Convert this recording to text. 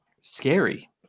scary